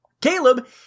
Caleb